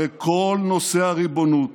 הרי כל נושא הריבונות